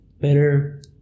better